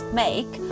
make